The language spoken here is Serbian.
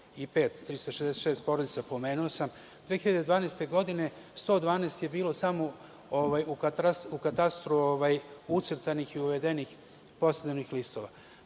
366 porodica, pomenuo sam, 2012. godine 112 je bilo samo u katastru ucrtanih i uvedenih listova.